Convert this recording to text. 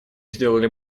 сделали